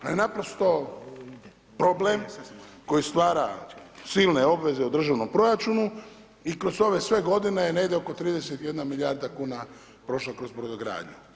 Ona je naprosto problem koji stvara silne obveze u državnom proračunu i kroz ove sve godine, negdje oko 31 milijarda kuna prošla kroz brodogradnju.